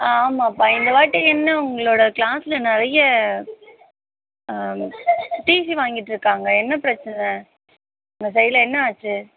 ஆ ஆமாப்பா இந்த வாட்டி என்ன உங்களோடய க்ளாஸில் நிறைய டிசி வாங்கிட்டிருக்காங்க என்ன பிரச்சனை உங்க சைடில் என்ன ஆச்சு